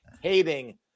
hating